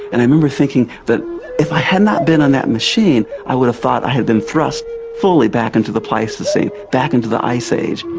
and i remember thinking that if i had not been on that machine i would have thought i had been thrust fully back into the pleistocene, back into the ice age.